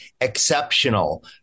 exceptional